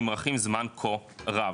נמרחים זמן כה רב.